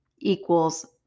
equals